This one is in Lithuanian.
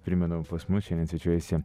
primenu pas mus šiandien svečiuojasi